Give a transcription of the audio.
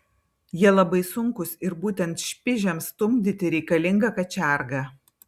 jie labai sunkūs ir būtent špižiams stumdyti reikalinga kačiarga